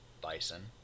bison